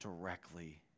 directly